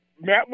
Matt